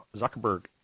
Zuckerberg